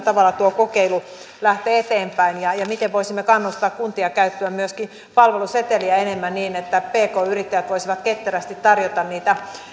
tavalla tuo kokeilu lähtee eteenpäin ja ja miten voisimme kannustaa kuntia käyttämään myöskin palveluseteliä enemmän niin että pk yrittäjät voisivat ketterästi tarjota niitä